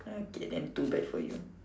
okay then too bad for you